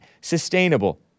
sustainable